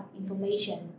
information